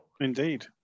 Indeed